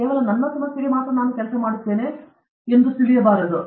ಕೇವಲ ನನ್ನ ಸಮಸ್ಯೆಗೆ ಮಾತ್ರ ನಾನು ಕೆಲಸ ಮಾಡುತ್ತೇನೆ ಅದು ನಿಮಗೆ ಕೊಡುತ್ತದೆ